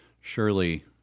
surely